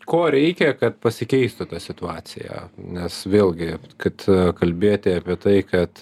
ko reikia kad pasikeistų ta situacija nes vėlgi kad kalbėti apie tai kad